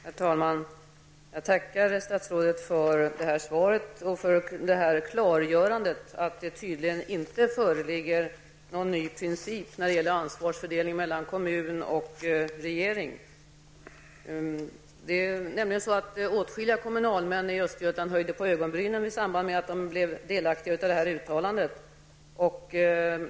Herr talman! Jag tackar statsrådet för svaret och för klargörandet av att det tydligen inte föreligger någon ny princip när det gäller ansvarsfördelningen mellan kommuner och regering. Åtskilliga kommunalmän i Östergötland höjde på ögonbrynen i samband med att de blev delaktiga av det här uttalandet.